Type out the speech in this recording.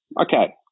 okay